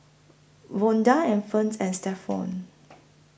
Vonda and Fern and Stephon